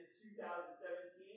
2017